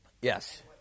Yes